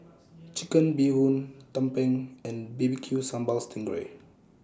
Chicken Bee Hoon Tumpeng and B B Q Sambal Sting Ray